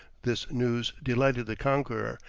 this news delighted the conqueror,